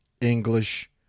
English